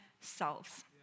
selves